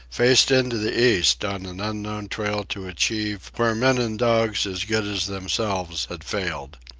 faced into the east on an unknown trail to achieve where men and dogs as good as themselves had failed.